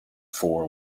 four